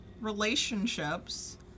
relationships